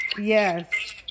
Yes